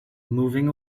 moving